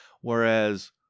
Whereas